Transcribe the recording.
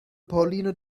pauline